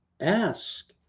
ask